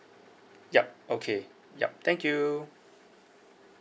yup okay yup thank you